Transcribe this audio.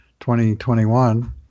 2021